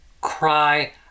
cry